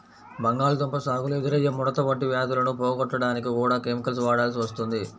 బంగాళాదుంప సాగులో ఎదురయ్యే ముడత వంటి వ్యాధులను పోగొట్టడానికి కూడా కెమికల్స్ వాడాల్సి వస్తుంది